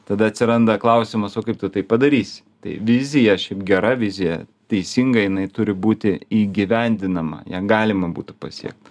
tada atsiranda klausimas o kaip tu tai padarysi tai vizija šiaip gera vizija teisinga jinai turi būti įgyvendinama ją galima būtų pasiekt